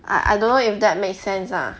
I I don't know if that makes sense ah